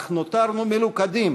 אך נותרנו מלוכדים,